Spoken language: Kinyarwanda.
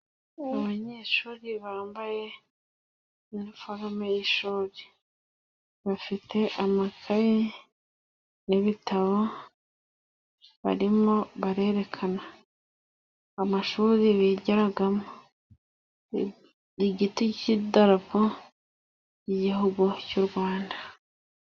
Abanyeshuri bambaye iniforume y'ishuri bafite amakaye n'ibitabo, barimo barerekana amashuri bigiramo, igiti cy'idarapo ry'igihugu cy'u Rwanda.